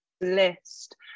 list